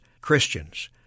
Christians